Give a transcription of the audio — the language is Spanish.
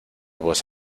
voz